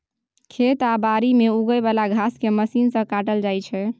खेत आ बारी मे उगे बला घांस केँ मशीन सँ काटल जाइ छै